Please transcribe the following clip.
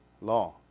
law